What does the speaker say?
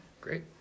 Great